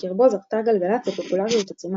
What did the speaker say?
ובקרבו זכתה גלגלצ לפופולריות עצומה.